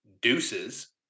deuces